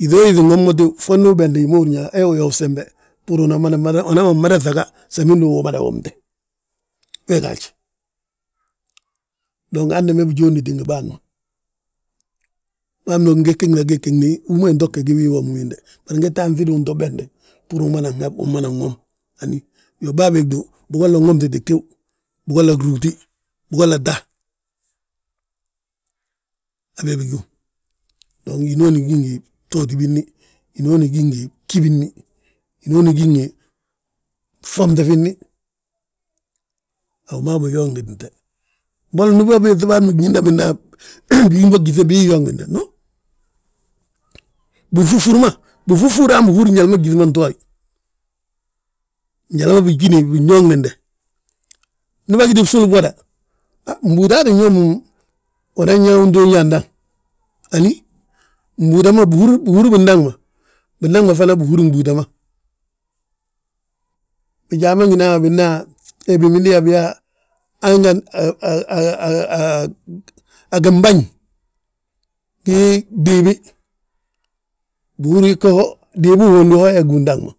Yíŧoo yíŧi nwomte tíw fondi ubesnde wi ma wee wi uyoof sembe, bbúru umana mada ŧaga. Samindi umada womte we gaaj, dong handembe bijóoditi ngi bâan ma. Bâan bege gegeni, hú mee nto gegi wii womi wiinde, bari ngetta anŧidi hi uto besnde, bbúru umanan hab umanan wom hani. Iyoo, bàa bege du, bigolla nwomtiti tíw, bigolla rúuti, bigolla taa, habe bigíw. Dong hinooni gi ngi btooti billi, hinooni gi ngi bgí billi, hinooni gi ngi ffomte finni. A wi maa wi biyooŋdite, bogi mo ndi we weeti bâan bege ñina, bigim bo gyíŧe, bii yyooŋdinde, noo. Binfúfur ma, bifúfur han bihúri njali ma gyíŧi ma ntoyi, njali ma bigíni binyooŋdinde. Ndi bagiti bsulu bwoda, han mbúutaa tti ñoomi unan yaa untooñi andaŋ hani, gbúuta ma bihúri bindaŋ ma. Bindaŋ ma fana bihúri gbúuta ma. Bijaa ma ngina yaa mo bina yaa, he bimindi yaa, biyaa a gimbañ, gii gdiibi, bihúri go ho diibi uhondi wo hee gu udaŋ ma.